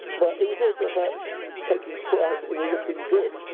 but it was also about taking pride in looking good